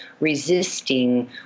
resisting